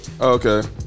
Okay